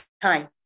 time